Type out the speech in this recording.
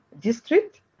district